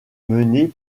menées